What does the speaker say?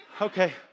okay